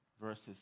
verses